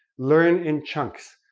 learn in chunks,